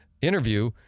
interview